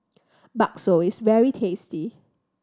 bakso is very tasty